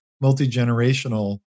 multi-generational